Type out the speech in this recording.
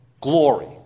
glory